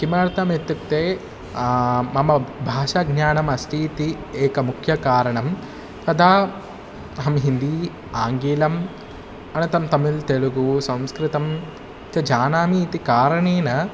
किमर्थम् इत्युक्ते मम भाषाज्ञानम् अस्तीति एकं मुख्यं कारणं तदा अहं हिन्दी आङ्गीलम् अनन्तरं तमिलः तेलुगू संस्कृतं तु जानामि इति कारणेन